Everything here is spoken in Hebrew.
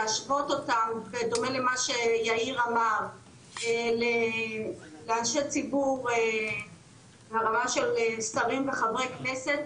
להשוות אותה בדומה למה שיאיר אמר לאנשי ציבור ברמה של שרים וחברי כנסת,